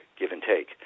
give-and-take